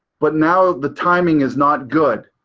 but now the timing is not good.